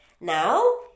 Now